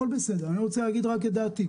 אני רוצה להגיד רק את דעתי,